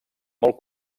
molt